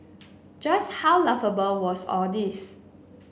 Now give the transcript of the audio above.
just how laughable was all this